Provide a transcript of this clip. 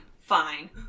fine